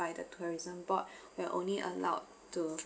by the tourism board we're only allowed to